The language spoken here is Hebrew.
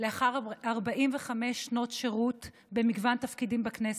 לאחר 45 שנות שירות במגוון תפקידים בכנסת,